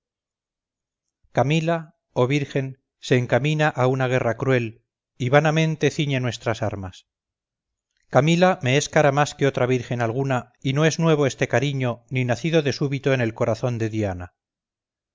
camila oh virgen se encamina a una guerra cruel y vanamente ciñe nuestras armas camila me es cara más que otra virgen alguna y no es nuevo este cariño ni nacido de súbito en el corazón de diana